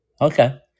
Okay